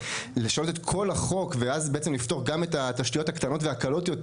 אז לשנות בעצם את כל החוק ואז גם לפתור את התשתיות הקטנות והקלות יותר,